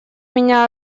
меня